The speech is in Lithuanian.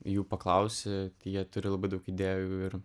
jų paklausi jie turi labai daug idėjų ir